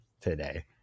today